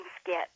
skit